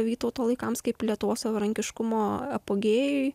vytauto laikams kaip lietuvos savarankiškumo apogėjui